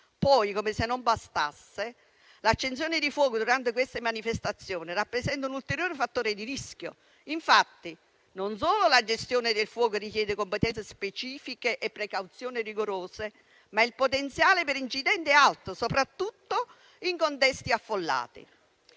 Come se non bastasse, l'accensione di fuochi durante queste manifestazioni rappresenta un ulteriore fattore di rischio. Infatti, non solo la gestione del fuoco richiede competenze specifiche e precauzioni rigorose, ma il potenziale per incidenti è alto, soprattutto in contesti affollati.